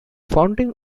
founding